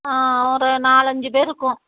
ஆ ஒரு நாலஞ்சு பேர் இருக்கோம்